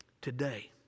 today